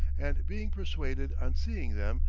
and being persuaded, on seeing them,